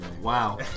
Wow